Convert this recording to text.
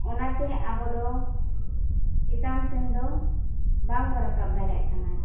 ᱚᱱᱟᱛᱮ ᱟᱵᱚ ᱫᱚ ᱪᱮᱛᱟᱱ ᱥᱮᱫ ᱫᱚ ᱵᱟᱝ ᱵᱚᱱ ᱨᱟᱠᱟᱵ ᱫᱟᱲᱮᱭᱟᱜ ᱠᱟᱱᱟ